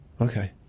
Okay